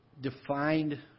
defined